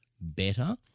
better